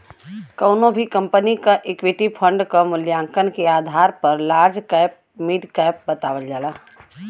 कउनो भी कंपनी क इक्विटी फण्ड क मूल्यांकन के आधार पर लार्ज कैप मिड कैप बतावल जाला